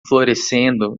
florescendo